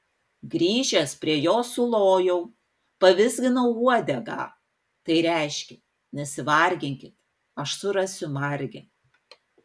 grįžęs prie jo sulojau pavizginau uodegą tai reiškė nesivarginkit aš surasiu margę